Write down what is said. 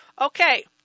Okay